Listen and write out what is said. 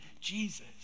Jesus